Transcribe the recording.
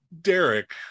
Derek